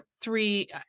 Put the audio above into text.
three